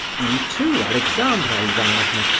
you too, alexandra ivanovna,